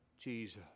Jesus